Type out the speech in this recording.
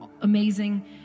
amazing